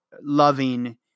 loving